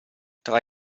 tra